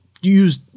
use